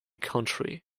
county